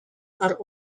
are